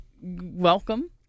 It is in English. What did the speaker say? welcome